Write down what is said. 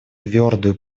твердую